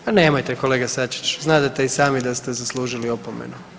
Pa nemojte kolega Sačiću, znadete i sami da ste zaslužili opomenu.